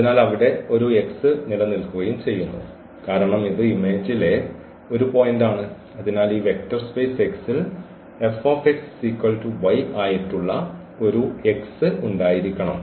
അതിനാൽ അവിടെ ഒരു X നിലനിൽക്കുകയും ചെയ്യുന്നു കാരണം ഇത് ഇമേജിലെ ഒരു പോയിന്റാണ് അതിനാൽ ഈ വെക്റ്റർ സ്പേസ് X ൽ ആയിട്ടുള്ള ഒരു ഉണ്ടായിരിക്കണം